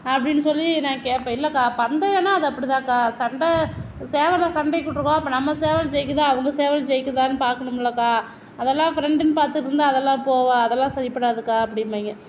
அப்படின்னு சொல்லி நான் கேட்பேன் இல்லைக்கா பந்தயம்னா அது அப்படி தாங்க்கா சண்டை சேவலை சண்டைக்கு விட்டிருக்கோம் அப்போ நம்ம சேவல் ஜெய்க்குதா அவங்க சேவல் ஜெய்க்குதானு பார்க்கணும்லக்கா அதெல்லாம் ஃப்ரெண்டுன்னு பார்த்துட்டு இருந்தால் அதெல்லாம் போக அதெல்லாம் சரிபடாதுக்கா அப்டிம்பாங்க